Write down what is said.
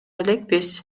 элекпиз